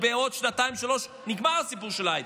בעוד שנתיים-שלוש נגמר הסיפור של ההייטק.